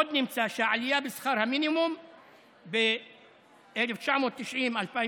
עוד נמצא שהעלייה בשכר המינימום ב-1990 2009